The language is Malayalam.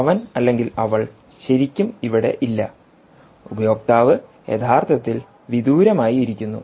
അവൻ അല്ലെങ്കിൽ അവൾ ശരിക്കും ഇവിടെ ഇല്ല ഉപയോക്താവ് യഥാർത്ഥത്തിൽ വിദൂരമായി ഇരിക്കുന്നു